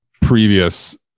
previous